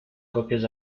copias